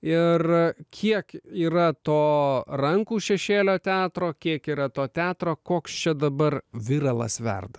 ir kiek yra to rankų šešėlio teatro kiek yra to teatro koks čia dabar viralas verda